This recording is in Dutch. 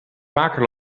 vaker